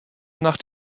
nach